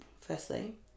firstly